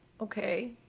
Okay